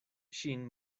ŝin